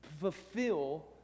fulfill